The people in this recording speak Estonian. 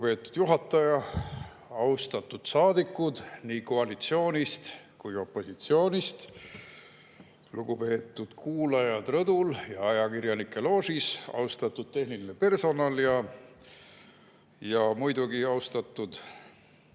Lugupeetud juhataja! Austatud saadikud nii koalitsioonist kui ka opositsioonist! Lugupeetud kuulajad rõdul ja ajakirjanike loožis! Austatud tehniline personal! Ja muidugi austatud